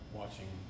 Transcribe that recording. watching